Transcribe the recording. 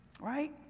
right